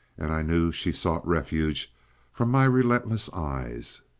and i knew she sought refuge from my relentless eyes.